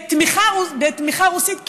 בתמיכה רוסית,